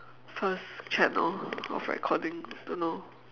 first channel of recording don't know